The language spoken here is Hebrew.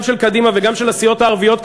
גם של קדימה וגם של הסיעות הערביות,